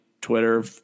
Twitter